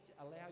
allow